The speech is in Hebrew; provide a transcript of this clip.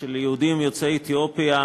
של יהודים יוצאי אתיופיה,